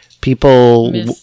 people